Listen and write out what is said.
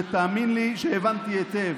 ותאמין לי שהבנתי היטב.